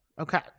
Okay